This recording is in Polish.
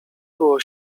było